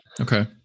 Okay